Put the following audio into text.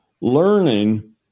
learning